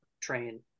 train